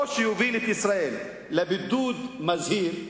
או שיוביל את ישראל לבידוד מזהיר,